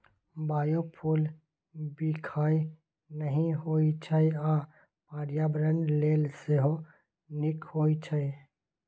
biofuel बिखाह नहि होइ छै आ पर्यावरण लेल सेहो नीक होइ छै